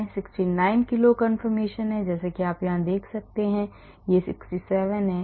69 kilo calorie confirmation है जैसा कि आप देख सकते हैं कि यह 67 है